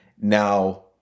now